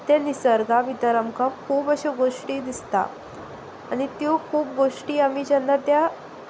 त्या निसर्गा भितर आमकां खूब अश्यो गोश्टी दिसता आनी त्यो खूब गोश्टी आमी जेन्ना त्या